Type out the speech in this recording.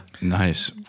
Nice